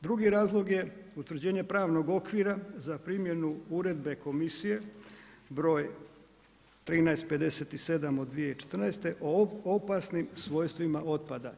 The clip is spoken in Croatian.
Drugi razlog je utvrđenje pravnog okvira za primjenu uredbe komisije br. 1357 od 2014. o opasnim svojstvima otpada.